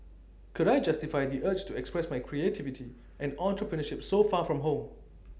could I justify the urge to express my creativity and entrepreneurship so far from home